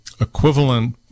equivalent